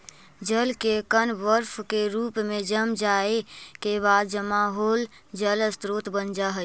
जल के कण बर्फ के रूप में जम जाए के बाद जमा होल जल स्रोत बन जा हई